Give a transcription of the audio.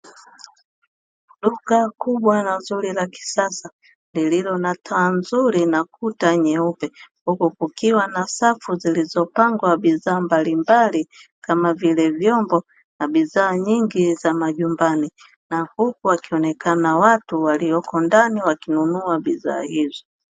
Duka kubwa na zuri la kisasa lililo na taa nzuri nakuta nyeupe, huku kukiwa na safu zilizopangwa bidhaa mbalimbali kama vile vyombo na bidhaa nyingi za majumbani, na huku wakionekana watu walioko ndani wakinunua bidhaa hizo.